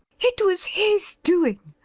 it was his doing.